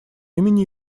имени